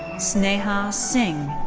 sneha ah singh.